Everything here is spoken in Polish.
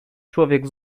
człowiek